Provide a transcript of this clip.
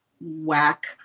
whack